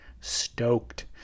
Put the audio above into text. Stoked